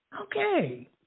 Okay